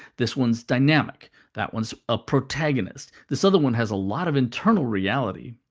this one's dynamic that one's a protagonist this other one has a lot of internal reality.